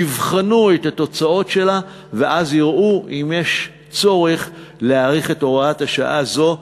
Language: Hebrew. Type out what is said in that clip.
יבחנו את התוצאות שלה ואז יראו אם יש צורך להאריך את הוראת השעה הזאת.